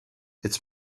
its